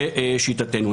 לשיטתנו.